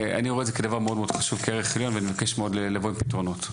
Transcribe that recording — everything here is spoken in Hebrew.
אני רואה את זה כדבר מאוד חשוב ואני מבקש לבוא עם פתרונות.